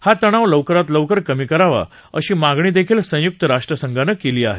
हा तणाव लवकरात लवकर कमी करावा अशी मागणीदेखील संयुक्त राष्ट्रसंघानं केली आहे